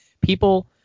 people